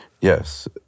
Yes